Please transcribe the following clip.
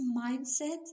mindset